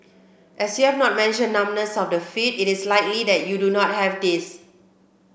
as you have not mentioned numbness of the feet it is likely that you do not have this